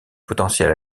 potentiel